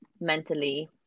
mentally